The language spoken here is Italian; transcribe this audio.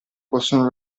possono